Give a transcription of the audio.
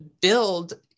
build